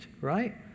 right